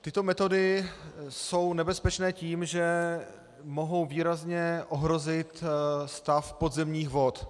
Tyto metody jsou nebezpečné tím, že mohou výrazně ohrozit stav podzemních vod.